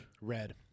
Red